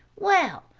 well,